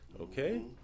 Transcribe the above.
okay